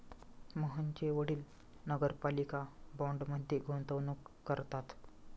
मोहनचे वडील नगरपालिका बाँडमध्ये गुंतवणूक करतात